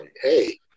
hey